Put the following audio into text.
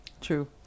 True